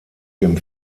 dem